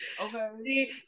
Okay